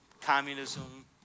communism